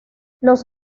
los